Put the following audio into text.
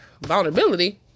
vulnerability